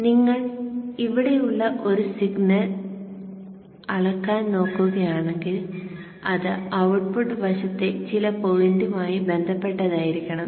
നിങ്ങൾ ഇവിടെ ഉള്ള ഒരു സിഗ്നൽ അളക്കാൻ നോക്കുകയാണെങ്കിൽ അത് ഔട്ട്പുട്ട് വശത്തെ ചില പോയിന്റുമായി ബന്ധപ്പെട്ടതായിരിക്കണം